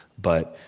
but,